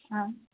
हा